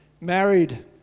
married